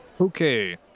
Okay